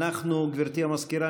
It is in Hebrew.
גברתי המזכירה,